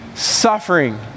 Suffering